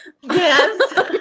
Yes